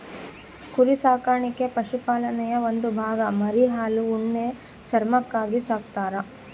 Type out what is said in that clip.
ಕುರಿ ಸಾಕಾಣಿಕೆ ಪಶುಪಾಲನೆಯ ಒಂದು ಭಾಗ ಮರಿ ಹಾಲು ಉಣ್ಣೆ ಚರ್ಮಕ್ಕಾಗಿ ಸಾಕ್ತರ